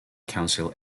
council